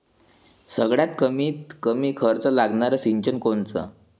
सगळ्यात कमीत कमी खर्च लागनारं सिंचन कोनचं?